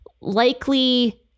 likely